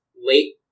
late